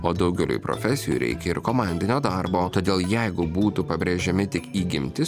o daugeliui profesijų reikia ir komandinio darbo todėl jeigu būtų pabrėžiami tik įgimti